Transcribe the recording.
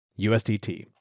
USDT